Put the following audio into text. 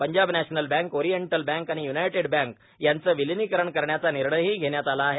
Punjab National Bank Oriental Bank आणि United Bank यांचं विलिनीकरण करण्याचा निर्णयही घेण्यात आला आहे